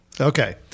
Okay